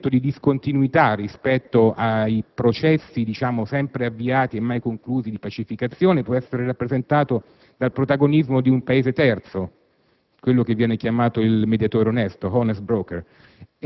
*L'International* *Crisis* *Group* sottolinea che un elemento di discontinuità rispetto ai processi, sempre avviati e mai conclusi, di pacificazione è rappresentato dal protagonismo di un Paese terzo,